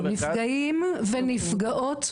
נפגעים ונפגעות,